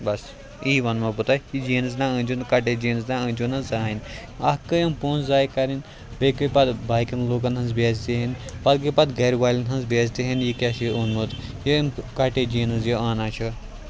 بَس یی وَنہو بہٕ تۄہہِ یہِ جیٖنٕز نا أنۍ زیٚو نہٕ کَٹِڈ جیٖنٕز نا أنۍ زیٛو نہٕ زٕہٲنۍ اکھ گٔے یِم پونٛسہٕ ضایعہِ کَرٕنۍ بیٚیہِ گٔے پَتہٕ باقیَن لوٗکَن ہٕنٛز بےعزتی ہیٚنۍ پَتہٕ گٔے پَتہٕ گھرِ والیٚن ہنٛز بےعزتی ہیٚنۍ یہِ کیٛاہ چھُے اوٚنمُت یِم کَٹِڈ جیٖنٕز یہِ آناں چھِ